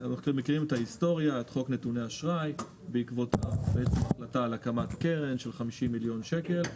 את חוק נתוני אשראי בעקבות ההחלטה על הקמת קרן של 50 מיליון שקל.